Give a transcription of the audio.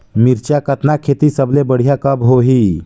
मिरचा कतना खेती सबले बढ़िया कब होही?